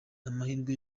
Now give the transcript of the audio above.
amahirwe